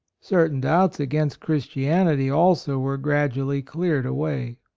certain doubts against christianity also were gradually cleared away.